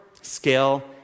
Scale